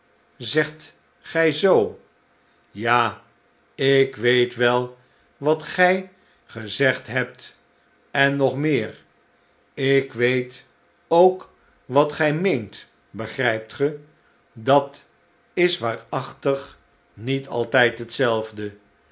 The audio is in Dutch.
zegt gij zoo ja ik weet wel wat gij gezegd hebt en nog meer ik weet ook wat gij de wind steekt op meent begrijpt ge dat is waarachtig niet altijd hetzelfde